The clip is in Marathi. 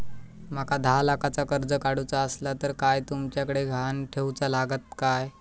माका दहा लाखाचा कर्ज काढूचा असला तर काय तुमच्याकडे ग्हाण ठेवूचा लागात काय?